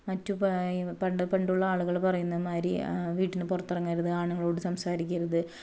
മറ്റു പണ്ട് പണ്ടുള്ള ആളുകൾ പറയുന്ന മാതിരി വീട്ടിൽ നിന്ന് പുറത്തിറങ്ങരുത് ആണുങ്ങളോട് സംസാരിക്കരുത്